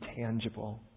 tangible